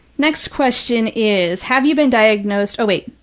next question is, have you been diagnosed, oh, wait.